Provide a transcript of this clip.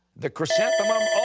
the chrysanthemum. oh,